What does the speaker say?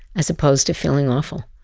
as opposed to feeling awful.